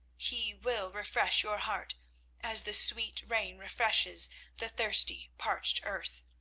he will refresh your heart as the sweet rain refreshes the thirsty parched earth.